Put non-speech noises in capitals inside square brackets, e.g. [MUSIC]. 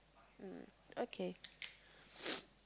mm okay [NOISE]